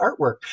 artwork